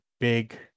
big